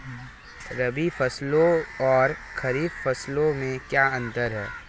रबी फसलों और खरीफ फसलों में क्या अंतर है?